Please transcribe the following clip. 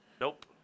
Nope